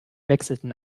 wechselten